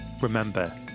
Remember